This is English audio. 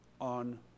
on